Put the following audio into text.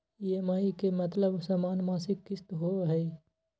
EMI के मतलब समान मासिक किस्त होहई?